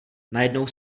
najednou